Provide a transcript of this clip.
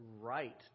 Right